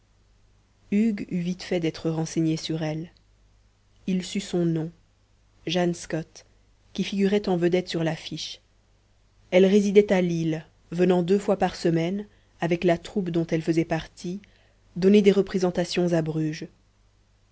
eut vite fait d'être renseigné sur elle il sut son nom jane scott qui figurait en vedette sur l'affiche elle résidait à lille venant deux fois par semaine avec la troupe dont elle faisait partie donner des représentations à bruges